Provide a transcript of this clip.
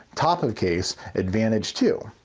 top of case, advantage two.